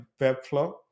Webflow